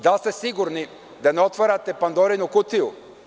Da li ste sigurni da ne otvarate Pandorinu kutiju?